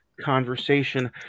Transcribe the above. conversation